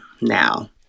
now